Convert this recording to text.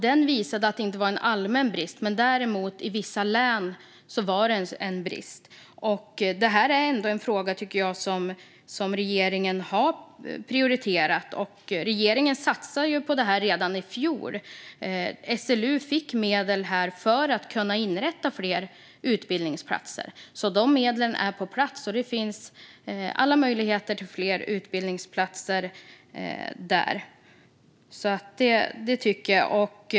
Den visade att det inte fanns någon allmän brist men att det rådde brist i vissa län. Detta är, tycker jag, en fråga som regeringen har prioriterat. Regeringen satsade på detta redan i fjol. SLU fick medel för att kunna inrätta fler utbildningsplatser. De medlen är på plats, och det finns alla möjligheter till fler utbildningsplatser där.